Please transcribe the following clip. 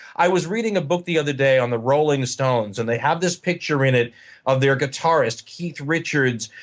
i was reading a book the other day on the rolling stones. and they have this picture in it of their guitarist, keith richards,